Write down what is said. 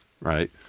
right